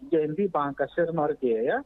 di en bi bankas ir nordėja